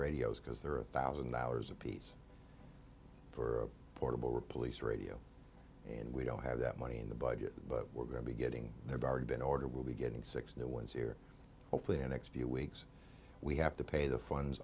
radios because there are a thousand dollars apiece for a portable we're police radio and we don't have that money in the budget but we're going to be getting their barb in order we'll be getting six new ones here hopefully the next few weeks we have to pay the funds